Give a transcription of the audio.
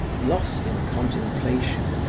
lost in contemplation,